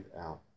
out